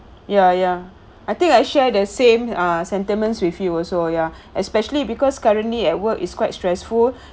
ya ya I think I share the same ah sentiments with you also ya especially because currently at work is quite stressful